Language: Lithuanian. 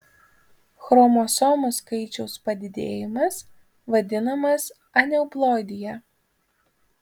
chromosomų skaičiaus padidėjimas vadinamas aneuploidija